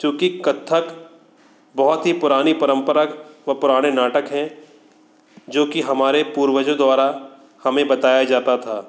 चूंकि कत्थक बहुत ही पुरानी परम्परा व पुराना नाटक है जो कि हमारे पूर्वजो द्वारा हमें बताया जाता था